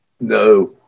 No